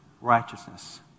righteousness